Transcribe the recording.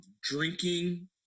drinking